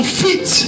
fit